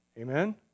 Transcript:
Amen